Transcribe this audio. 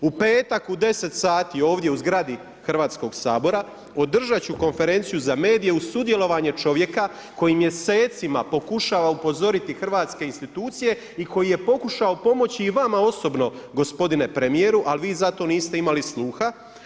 U petak u 10 sati ovdje u zgradi Hrvatskog sabora, održati ću konferencije za medije u sudjelovanje čovjeka koji mjesecima pokušava upozoriti hrvatske institucije i koji je pokušao pomoći i vama osobno gospodine premjeru, ali vi za to niste imali sluha.